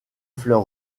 fleur